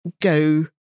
go